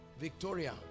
Victoria